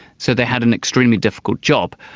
so they had an extremely difficult job.